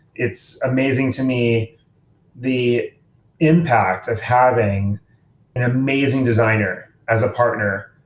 it's amazing to me the impact of having an amazing designer as a partner.